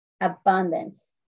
abundance